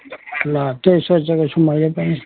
ल त्यही सोचेको छु मैले पनि